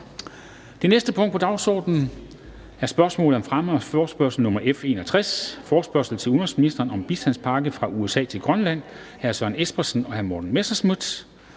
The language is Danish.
Det næste punkt på dagsordenen er: 2) Spørgsmål om fremme af forespørgsel nr. F 61: Forespørgsel til udenrigsministeren om bistandspakken fra USA til Grønland. Af Søren Espersen (DF) og Morten Messerschmidt